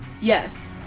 Yes